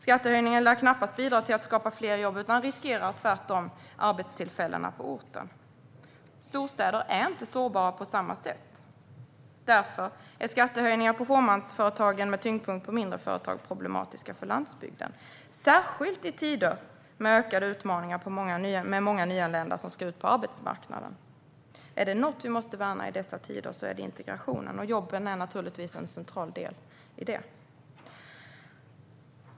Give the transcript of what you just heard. Skattehöjningar lär knappast bidra till att skapa fler jobb utan riskerar tvärtom arbetstillfällena på orten. Storstäder är inte sårbara på samma sätt. Därför är skattehöjningar för fåmansföretag med tyngdpunkt på mindre företag problematiska för landsbygden, särskilt i tider med ökade utmaningar i form av många nyanlända som ska ut på arbetsmarknaden. Är det något vi måste värna i dessa tider är det integrationen, och jobben är en central del i det.